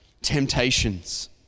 temptations